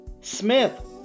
Smith